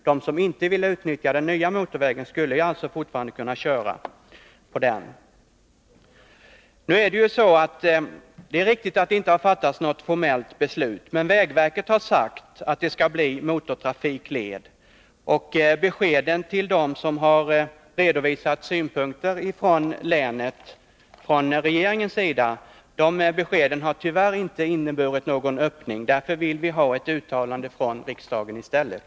De som inte vill utnyttja den nya motorvägen skulle alltså kunna köra på den gamla. Det är riktigt att det inte fattats något formellt beslut, men vägverket har sagt att det skall bli motortrafikled. Beskeden från regeringen till dem som redovisat länets synpunkter har tyvärr inte inneburit någon öppning. Därför vill vi ha ett uttalande från riksdagen i stället.